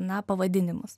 na pavadinimus